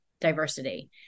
diversity